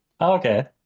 Okay